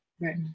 right